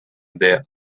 their